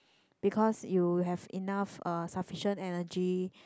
because you have enough uh sufficient energy